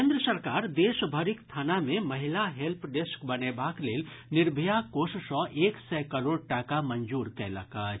केन्द्र सरकार देशभरिक थाना मे महिला हेल्प डेस्क बनेबाक लेल निर्भया कोष सँ एक सय करोड़ टाका मंजूर कयलक अछि